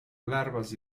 larvas